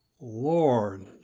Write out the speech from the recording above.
Lord